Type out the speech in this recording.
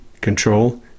control